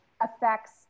affects